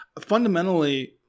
fundamentally